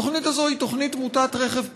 התוכנית הזאת היא תוכנית מוטת רכב פרטי.